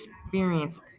experience